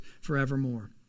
forevermore